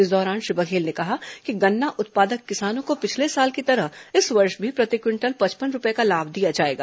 इस दौरान श्री बघेल ने कहा कि गन्ना उत्पादक किसानों को पिछले साल की तरह इस वर्ष भी प्रति क्विंटल पचपन रूपये का लाभ दिया जाएगा